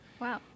wow